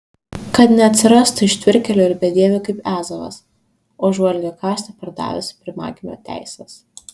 kad neatsirastų ištvirkėlių ir bedievių kaip ezavas už valgio kąsnį pardavęs pirmagimio teises